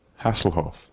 Hasselhoff